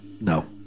No